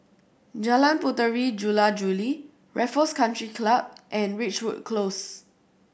Jalan Puteri Jula Juli Raffles Country Club and Ridgewood Close